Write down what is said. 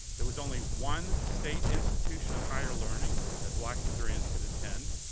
there was only one state institution of higher learning that black missourians could attend.